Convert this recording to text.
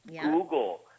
Google